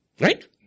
Right